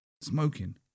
smoking